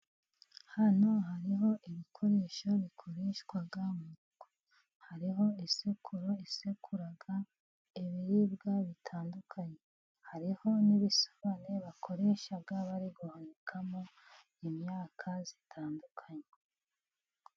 Hano hariho ibikoresho bikoreshwa mu ngo, hariho isekururo isekura ibiribwa bitandukanye, hariho n'ibisero bakoresha bari guhunikamo imyaka zitandukanye.